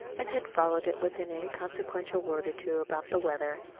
and had followed it with an inconsequential word or two about the weather.